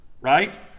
right